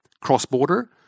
cross-border